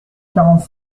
quarante